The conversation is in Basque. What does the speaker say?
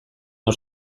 hor